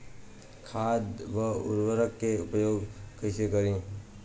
खाद व उर्वरक के उपयोग कईसे करी?